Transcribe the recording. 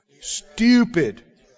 Stupid